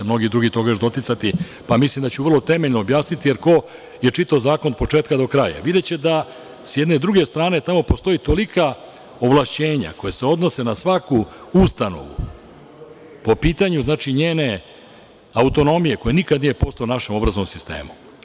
Mnogi drugi će se toga još doticati, pa mislim da ću vrlo temeljno objasniti, jer ko je čitao zakon od početka do kraja videće da s jedne druge strane tamo postoje tolika ovlašćenja koja se odnose na svaku ustanovu po pitanju njene autonomije koja nikada nije postojala u našem obrazovnom sistemu.